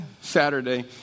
Saturday